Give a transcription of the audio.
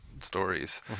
stories